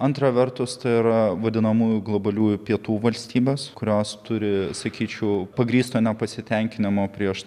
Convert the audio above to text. antra vertus tai yra vadinamųjų globaliųjų pietų valstybės kurios turi sakyčiau pagrįsto nepasitenkinimo prieš